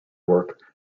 work